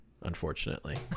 unfortunately